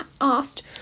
asked